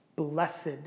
Blessed